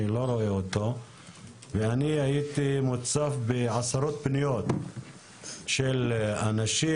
אני הייתי מוצף בעשרות פניות של אנשים,